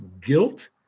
guilt